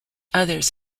others